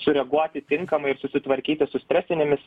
sureaguoti tinkamai ir susitvarkyti su stresinėmis